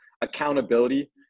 Accountability